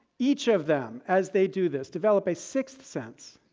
each of them, as they do this, develop a sixth sense,